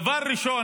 דבר ראשון,